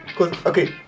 Okay